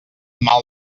mal